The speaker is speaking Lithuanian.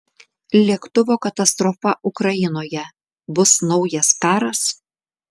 lėktuvo katastrofa ukrainoje bus naujas karas